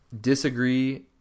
disagree